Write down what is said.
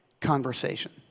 conversation